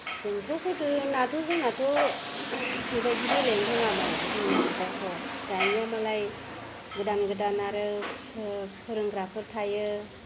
जोंथ' गोदोनाथ' जोंनाथ' गोदो बेबायदि गेलेनो रोङामोन जोंनि जुगावथ' दानिया मालाय गोदान गोदान आरो सो फोरोंग्राफोर थायो